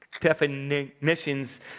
definitions